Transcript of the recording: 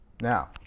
Now